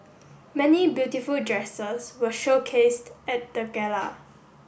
many beautiful dresses were showcased at the gala